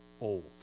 old